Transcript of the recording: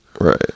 Right